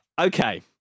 Okay